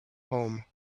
home